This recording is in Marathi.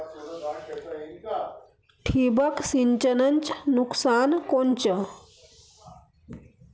ठिबक सिंचनचं नुकसान कोनचं?